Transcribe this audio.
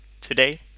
today